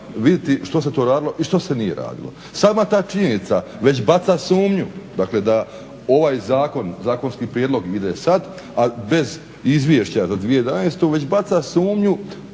vidjeti što se tu radilo i što se nije radilo. Sama ta činjenica već baca sumnju, dakle da ovaj Zakon, zakonski prijedlog ide sad, a bez izvješća za 2011. Već baca sumnju